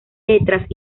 letras